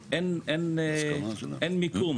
המדינה אף פעם לא השכילה למצוא את אותן חלופות גם בקבורה.